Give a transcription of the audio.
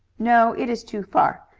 no, it is too far.